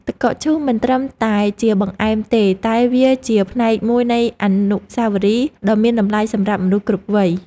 ទឹកកកឈូសមិនត្រឹមតែជាបង្អែមទេតែវាជាផ្នែកមួយនៃអនុស្សាវរីយ៍ដ៏មានតម្លៃសម្រាប់មនុស្សគ្រប់វ័យ។